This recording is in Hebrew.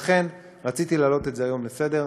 לכן רציתי להעלות את זה היום לסדר-היום.